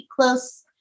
close